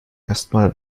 erstmal